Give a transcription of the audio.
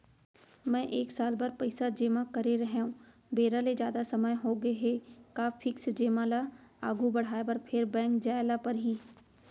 मैं एक साल बर पइसा जेमा करे रहेंव, बेरा ले जादा समय होगे हे का फिक्स जेमा ल आगू बढ़ाये बर फेर बैंक जाय ल परहि?